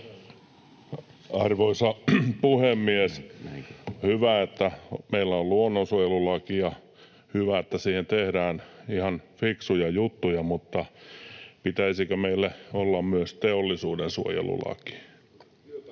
Arvoisa puhemies! Hyvä, että meillä on luonnonsuojelulaki, ja hyvä, että siihen tehdään ihan fiksuja juttuja. Mutta pitäisikö meillä olla myös teollisuudensuojelulaki?